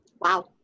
Wow